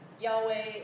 Yahweh